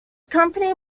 company